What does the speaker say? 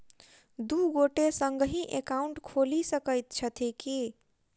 दु गोटे संगहि एकाउन्ट खोलि सकैत छथि की?